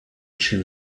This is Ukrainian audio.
чим